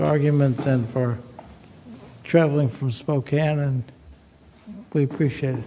arguments and for traveling from spokane and